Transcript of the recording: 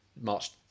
March